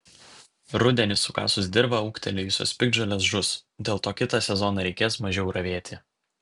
rudenį sukasus dirvą ūgtelėjusios piktžolės žus dėl to kitą sezoną reikės mažiau ravėti